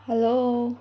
hello